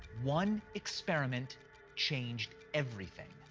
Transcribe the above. one experiment changed everything.